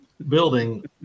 building